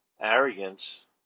arrogance